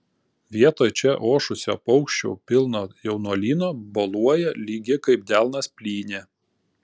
vietoj čia ošusio paukščių pilno jaunuolyno boluoja lygi kaip delnas plynė